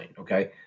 okay